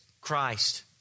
Christ